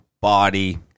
body